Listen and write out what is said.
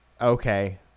okay